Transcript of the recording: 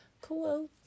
quotes